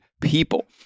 people